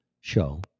show